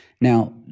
Now